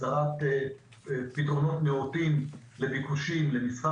הסדרת פתרונות נאותים לביקושים למסחר